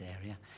area